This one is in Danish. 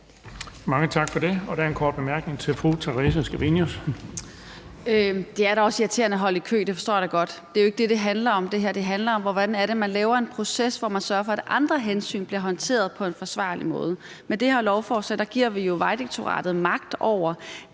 Mange tak for det. Der er en kort bemærkning til fru Theresa Scavenius. Kl. 15:06 Theresa Scavenius (UFG): Det er da også irriterende at holde i kø, det forstår jeg godt, men det er jo ikke det, det handle r om. Det her handler om, hvordan det er, man laver en proces, hvor man sørger for, at andre hensyn bliver håndteret på en forsvarlig måde. Med det her lovforslag giver vi jo Vejdirektoratet magt over